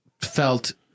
felt